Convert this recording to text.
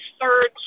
third